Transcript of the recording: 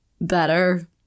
better